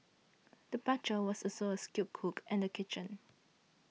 the butcher was also a skilled cook in the kitchen